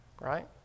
Right